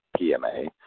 PMA